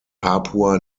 papua